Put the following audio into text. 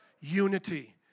unity